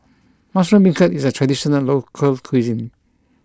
Mushroom Beancurd is a traditional local cuisine